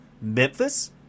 Memphis